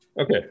Okay